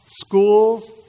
schools